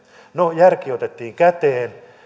no järki otettiin käteen